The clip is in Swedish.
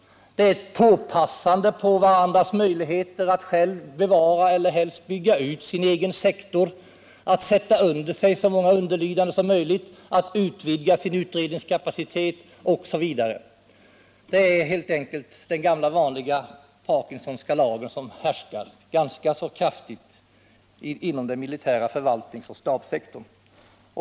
Det finns ett passande på varandras möjligheter och en strävan att bevara eller helst bygga ut sin egen sektor, att få så många underlydande som möjligt, att utvidga sin utredningskapacitet osv. Det är helt enkelt den gamla vanliga parkinsonska lagen som härskar inom den militära förvaltningen och stabssektorn.